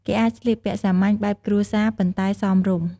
គេអាចស្លៀកពាក់សាមញ្ញ បែបគ្រួសារ ប៉ុន្តែសមរម្យ។